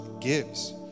gives